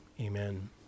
Amen